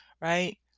Right